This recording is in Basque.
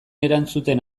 erantzuten